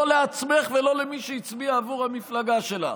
לא לעצמך ולא למי שהצביע בעבור המפלגה שלך,